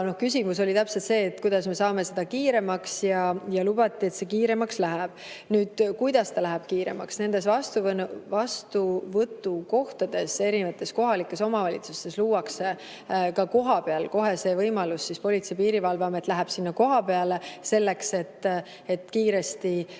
Küsimus oli täpselt see, et kuidas me saame seda kiiremaks, ja lubati, et see kiiremaks läheb. Nüüd, kuidas ta läheb kiiremaks? Nendes vastuvõtukohtades, erinevates kohalikes omavalitsustes luuakse ka kohapeal kohe see võimalus. Politsei‑ ja Piirivalveamet läheb sinna kohapeale, selleks et kiiresti neid